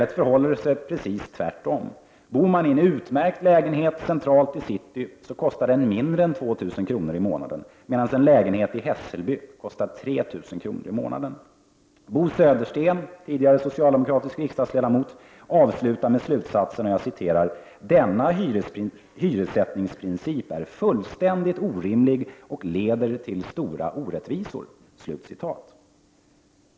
Det förhåller sig i stället precis tvärtom. Bor man i en utmärkt lägenhet centralt i city så kostar den mindre än 2 000 kr. i månaden, medan en lägenhet i Hässelby kostar 3 000 kr. i månaden. Bo Södersten, tidigare socialdemokratisk riksdagsledamot, avslutar med slutsatsen: ”Denna hyressättningsprincip är fullständigt orimlig och leder till stora orättvisor”.